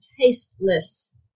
tasteless